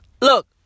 look